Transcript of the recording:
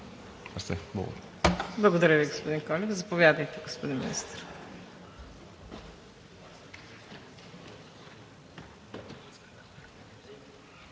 Благодаря Ви, господин Колев. Заповядайте, господин Министър.